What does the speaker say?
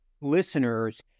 listeners